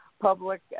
Public